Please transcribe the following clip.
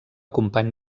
company